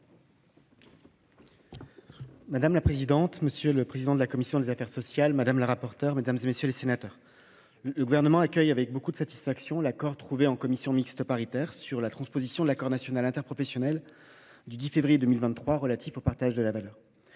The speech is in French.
Madame la présidente, monsieur le président de la commission des affaires sociales, madame la rapporteure, mesdames, messieurs les sénateurs, le Gouvernement accueille avec une grande satisfaction l’accord trouvé en commission mixte paritaire sur la transposition de l’accord national interprofessionnel du 10 février 2023 relatif au partage de la valeur.